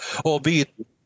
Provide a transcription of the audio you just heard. albeit